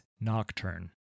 Nocturne